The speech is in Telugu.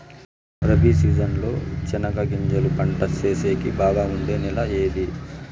రబి సీజన్ లో చెనగగింజలు పంట సేసేకి బాగా ఉండే నెల ఏది?